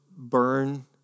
burn